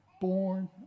born